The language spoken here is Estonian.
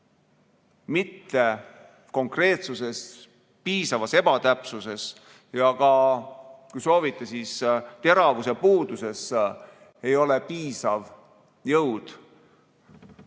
mittekonkreetsuses, piisavas ebatäpsuses ja ka, kui soovite, teravuse puuduses ei ole piisav jõud